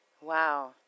Wow